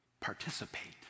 participate